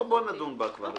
בואו נדון בה.